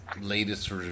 latest